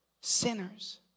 Sinners